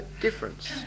difference